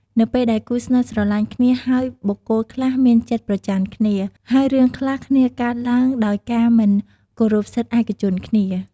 នៅពេលដែលគូរស្នេហ៍ស្រលាញ់គ្នាហើយបុគ្គលខ្លះមានចិត្តប្រចណ្ឌគ្នា ហើយរឿងខ្លះគ្នាកើតឡើងដោយការមិនគោរពសិទ្ធឯកជនគ្នា។